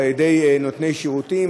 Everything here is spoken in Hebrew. על ידי נותני שירותים,